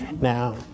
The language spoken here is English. Now